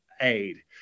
aid